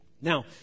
Now